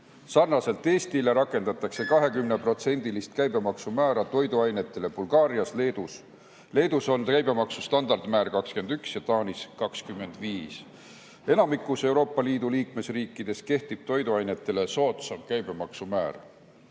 Sarnaselt Eestiga rakendatakse 20%‑list käibemaksumäära toiduainetele Bulgaarias ja Leedus. Leedus on käibemaksu standardmäär 21% ja Taanis 25%. Enamikus Euroopa Liidu liikmesriikides kehtib toiduainetele soodsam käibemaksu määr.